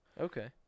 Okay